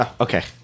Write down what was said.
okay